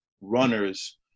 runners